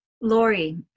Lori